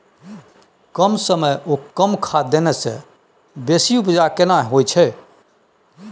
कम समय ओ कम खाद देने से बेसी उपजा केना होय छै?